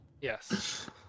Yes